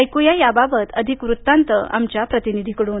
ऐक्या याबाबत अधिक वृत्तांत आमच्या प्रतिनिधीकडून